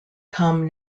come